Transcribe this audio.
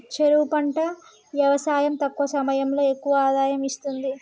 చెరుకు పంట యవసాయం తక్కువ సమయంలో ఎక్కువ ఆదాయం ఇస్తుంది